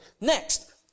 next